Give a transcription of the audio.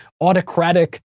autocratic